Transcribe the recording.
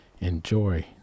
enjoy